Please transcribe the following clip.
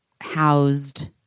housed